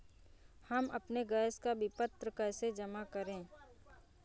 हम अपने गैस का विपत्र कैसे जमा करें?